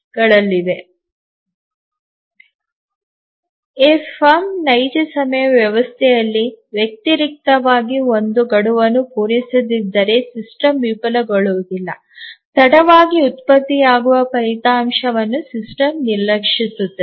A firm ನೈಜ ಸಮಯ ವ್ಯವಸ್ಥೆಯಲ್ಲಿ ವ್ಯತಿರಿಕ್ತವಾಗಿ ಒಂದು ಗಡುವನ್ನು ಪೂರೈಸದಿದ್ದರೆ ಸಿಸ್ಟಮ್ ವಿಫಲಗೊಳ್ಳುವುದಿಲ್ಲ ತಡವಾಗಿ ಉತ್ಪತ್ತಿಯಾಗುವ ಫಲಿತಾಂಶವನ್ನು ಸಿಸ್ಟಮ್ ನಿರ್ಲಕ್ಷಿಸುತ್ತದೆ